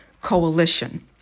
Coalition